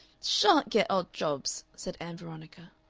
sha'n't get odd jobs, said ann veronica,